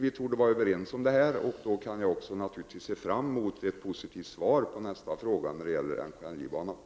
Vi torde vara överens i de här frågorna. Jag ser då naturligtvis fram emot ett positivt svar på den fråga om NKLJ-banan som besvaras härnäst.